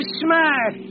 smart